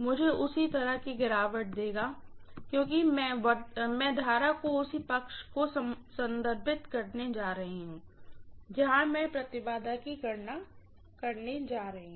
मुझे उसी तरह की गिरावट देगा क्योंकि मैं इस वर्तमान को भी उसी साइड को संदर्भित कर जा रही हूँ जहां से मैं इम्पीडेन्स की गणना कर जा रही हूँ